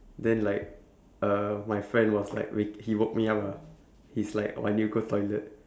then like uh my friend was like wake he woke me up lah he was like I need go toilet